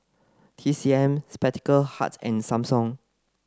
T C M Spectacle Hut and Samsung